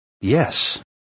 yes